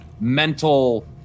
mental